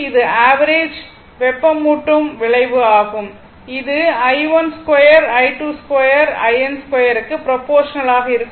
இது ஆவரேஜ் வெப்பமூட்டும் விளைவு ஆகும் இது i12 i22 in2 க்கு ப்ரோபோர்ஷனல் ஆக இருக்கும்